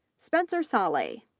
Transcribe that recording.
spencer sallay,